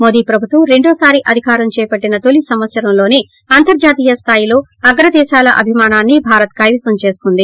మోదీ ప్రభుత్వం రెండోసారి అధికారం చేపట్టిన తొలి సంవత్సరంలోసే అంతర్జాతీయ స్థాయిలో అగ్రదేశాల అభిమానాన్ని భారత్ కైవసం చేసుకుంది